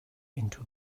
into